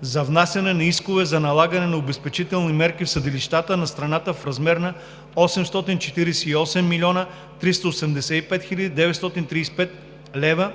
за внасяне на искове за налагане на обезпечителни мерки в съдилищата на страната в размер на 848 млн. 385 хил. 935 лв.